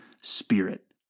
spirit